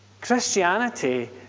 Christianity